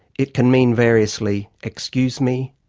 it can mean variously excuse me,